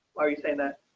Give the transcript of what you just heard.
are you saying that